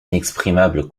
inexprimable